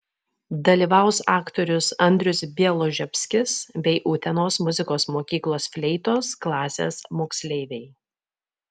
dalyvaus aktorius andrius bialobžeskis bei utenos muzikos mokyklos fleitos klasės moksleiviai